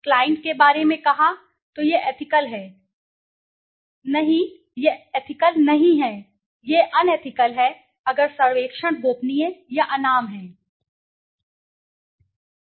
client के बारे में कहा तो यह एथिकल है नहीं यह एथिकल नहीं है यह अनएथिकल है अगर सर्वेक्षण गोपनीय या अनाम है